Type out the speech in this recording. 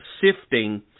Sifting